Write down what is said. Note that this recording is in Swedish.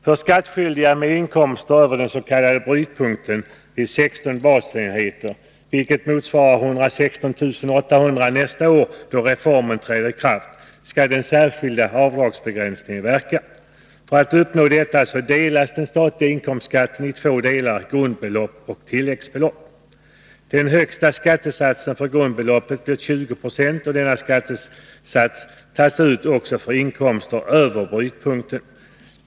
För skattskyldiga med inkomster över den s.k. brytpunkten vid 16 basenheter — vilket motsvarar 116 800 kr. nästa år, då reformen träder i kraft — skall den särskilda avdragsbegränsningen verka. För att man skall uppnå detta delas den statliga inkomstskatten i två delar, grundbelopp och tilläggsbelopp. Den högsta skattesatsen för grundbeloppet blir 20 96, och denna skattesats tas ut också för inkomster över brytpunkten.